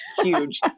huge